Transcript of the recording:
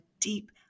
deep